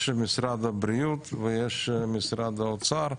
יש משרד הבריאות ויש משרד האוצר,